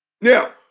Now